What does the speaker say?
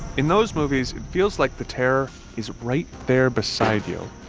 in those movies, it feels like the terror is right there beside you.